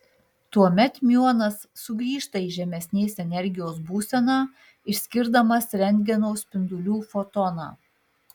tuomet miuonas sugrįžta į žemesnės energijos būseną išskirdamas rentgeno spindulių fotoną